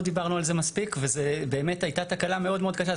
לא דיברנו על זה מספיק וזאת באמת הייתה תקלה מאוד מאוד קשה.